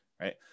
right